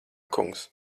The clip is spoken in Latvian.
kungs